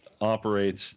operates